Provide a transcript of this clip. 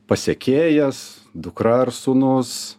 pasekėjas dukra ar sūnus